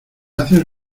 haces